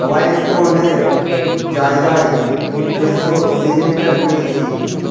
wild স্টোনের জায়গায় Fresho signature পেয়েছি